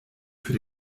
für